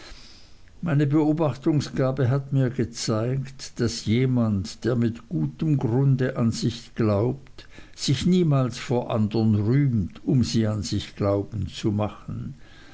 meine beobachtungsgabe hat mir gezeigt daß jemand der mit gutem grund an sich glaubt sich niemals vor andern rühmt um sie an sich glauben zu machen